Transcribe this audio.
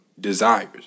desires